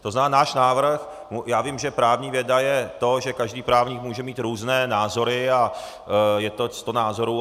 To znamená, že náš návrh já vím, že právní věda je to, že každý právník může mít různé názory a je to sto názorů.